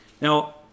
Now